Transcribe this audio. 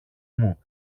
μου